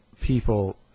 people